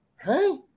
Hey